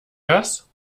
das